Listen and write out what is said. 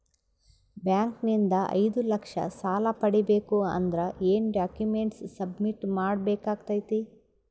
Bank ನಿಂದ ಐದು ಲಕ್ಷ ಸಾಲ ಪಡಿಬೇಕು ಅಂದ್ರ ಏನ ಡಾಕ್ಯುಮೆಂಟ್ ಸಬ್ಮಿಟ್ ಮಾಡ ಬೇಕಾಗತೈತಿ?